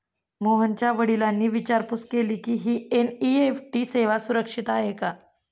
मोहनच्या वडिलांनी विचारपूस केली की, ही एन.ई.एफ.टी सेवा सुरक्षित आहे का?